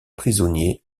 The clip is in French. prisonniers